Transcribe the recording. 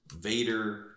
Vader